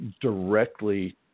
directly